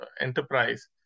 enterprise